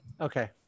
Okay